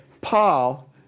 Paul